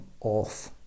off